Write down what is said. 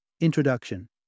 introduction